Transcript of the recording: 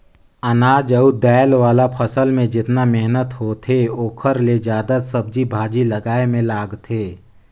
अनाज अउ दायल वाला फसल मे जेतना मेहनत होथे ओखर ले जादा सब्जी भाजी लगाए मे लागथे